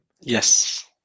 yes